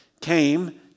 came